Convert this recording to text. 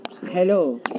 Hello